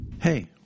hey